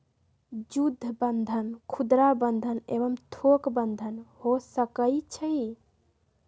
जुद्ध बन्धन खुदरा बंधन एवं थोक बन्धन हो सकइ छइ